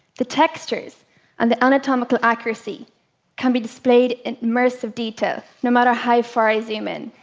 the textures and the anatomical accuracy can be displayed in immersive detail no matter how far i zoom in.